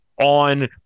on